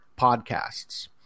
podcasts